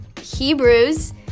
Hebrews